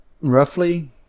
roughly